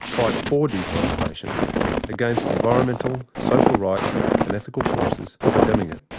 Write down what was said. fight for deforestation against environmental, social rights and ethical forces condemning it.